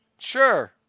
Sure